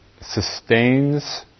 sustains